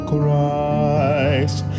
Christ